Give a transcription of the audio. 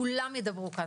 כולם ידברו כאן,